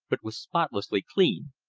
but was spotlessly clean,